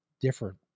different